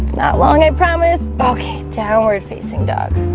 not long. i promise bulky downward-facing dog